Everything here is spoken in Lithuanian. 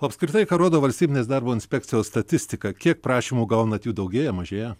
o apskritai ką rodo valstybinės darbo inspekcijos statistika kiek prašymų gaunat jų daugėja mažėja